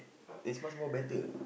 it's much more better